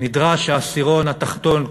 נדרש העשירון התחתון,